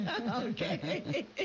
Okay